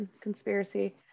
conspiracy